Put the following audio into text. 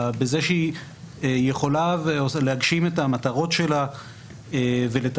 בזה שהיא יכולה להגשים את המטרות שלה ולתפקד,